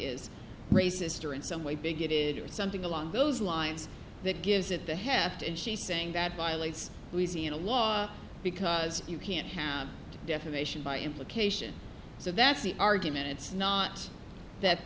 is racist or in some way bigoted or something along those lines that gives it the heft and she's saying that violates louisiana law because you can't have defamation by implication so that's the argument it's not that